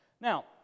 Now